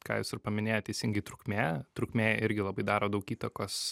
ką jūs ir paminėjot teisingai trukmė trukmė irgi labai daro daug įtakos